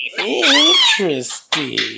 interesting